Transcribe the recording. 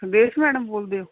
ਸਰਦੇਸ਼ madam ਬੋਲਦੇ ਹੋ